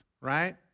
right